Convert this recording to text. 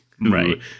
Right